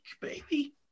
baby